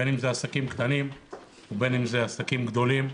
בין אם אלה עסקים קטנים ובין אם אלה עסקים גדולים.